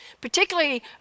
Particularly